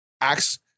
acts